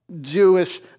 Jewish